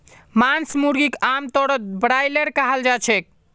मांस मुर्गीक आमतौरत ब्रॉयलर कहाल जाछेक